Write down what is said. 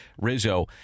Rizzo